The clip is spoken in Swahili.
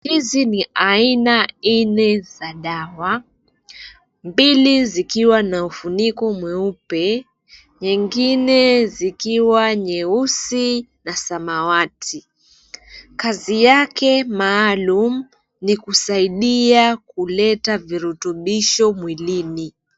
Hizi ni aina nne za dawa, mbili zikiwa na mfuniko mweupe nyingine zikiwa nyeusi na samawati kazi yake maalum ni kusaidia kuleta virutubisho mwilini.